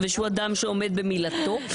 ושהוא אדם שעומד במילתו.